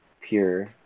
pure